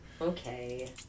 Okay